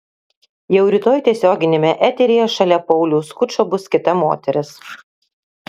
jau rytoj tiesioginiame eteryje šalia pauliaus skučo bus kita moteris